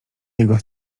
jego